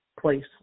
place